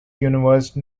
universe